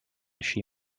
she